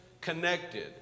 connected